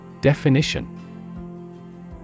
Definition